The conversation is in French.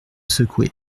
secoué